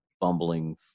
bumbling